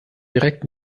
direkt